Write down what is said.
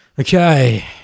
Okay